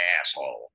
asshole